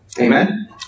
Amen